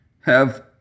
Have